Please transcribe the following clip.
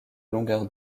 longueurs